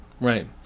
Right